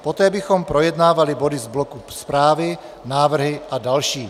Poté bychom projednávali body z bloku zprávy, návrhy a další.